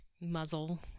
muzzle